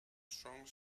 strong